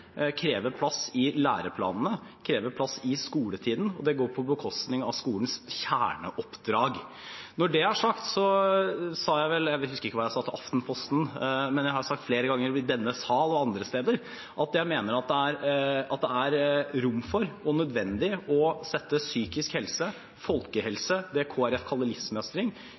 krever plass i læreplanene og krever plass i skoletiden. Det går på bekostning av skolens kjerneoppdrag. Så husker jeg ikke hva jeg sa til Aftenposten, men jeg har sagt flere ganger i denne sal og andre steder at jeg mener at det er rom for og nødvendig å sette psykisk helse, folkehelse – det